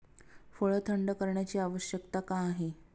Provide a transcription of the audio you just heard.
फळ थंड करण्याची आवश्यकता का आहे?